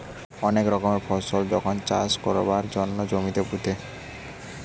অনেক রকমের ফসল যখন চাষ কোরবার জন্যে জমিতে পুঁতে